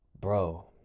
bro